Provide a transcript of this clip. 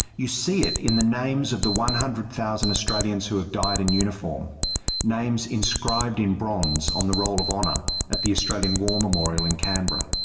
you see it in the names of the one hundred thousand australians who have died in uniform names inscribed in bronze on the roll of honour at the australian war memorial in canberra.